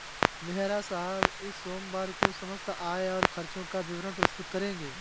मेहरा साहब इस सोमवार को समस्त आय और खर्चों का विवरण प्रस्तुत करेंगे